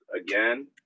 again